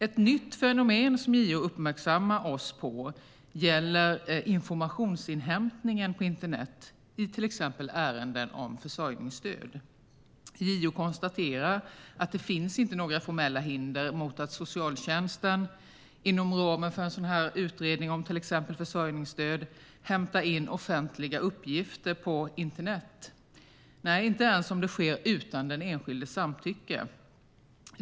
Ett nytt fenomen som JO uppmärksammar oss på gäller informationsinhämtningen på internet i till exempel ärenden om försörjningsstöd. JO konstaterar att det inte finns några formella hinder mot att socialtjänsten inom ramen för en utredning om till exempel försörjningsstöd hämtar in offentliga uppgifter på internet - nej, inte ens om det sker utan den enskildes samtycke.